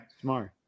smart